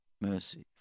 mercy